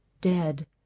dead